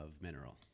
mineral